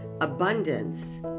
Abundance